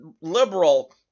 liberal